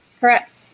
Correct